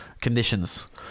conditions